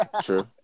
true